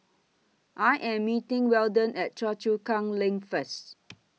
I Am meeting Weldon At Choa Chu Kang LINK First